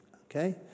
Okay